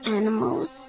animals